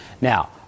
Now